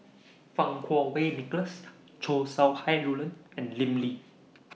Fang Kuo Wei Nicholas Chow Sau Hai Roland and Lim Lee